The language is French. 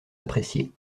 appréciés